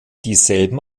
dieselben